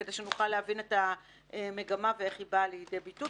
כדי שנוכל להבין את המגמה ואיך היא באה לידי ביטוי.